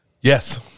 Yes